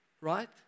right